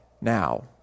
Now